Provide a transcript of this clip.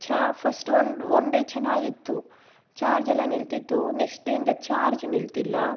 ಚಾ first one one day ಚೆನ್ನಾಗಿತ್ತು charge ಎಲ್ಲ ನಿಲ್ತಿತ್ತು ನೆಕ್ಶ್ಟ್ ಡೇ ಇಂದ ಚಾರ್ಜ್ ನಿಲ್ತಿಲ್ಲ